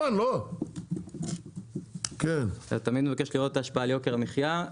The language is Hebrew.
אתה תמיד מבקש לראות את ההשפעה על יוקר המחיה,